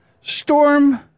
storm